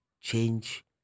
change